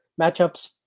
matchups